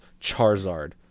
Charizard